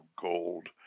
Gold